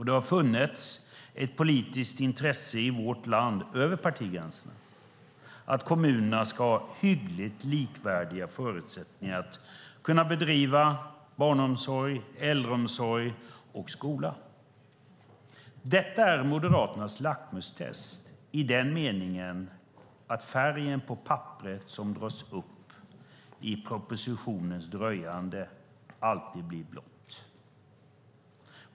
Det har funnits ett politiskt intresse i vårt land över partigränserna av att kommunerna ska ha hyggligt likvärdiga förutsättningar att bedriva barnomsorg, äldreomsorg och skola. Detta är Moderaternas lackmustest i den meningen att färgen på papperet som dras upp i propositionens dröjande alltid blir blått.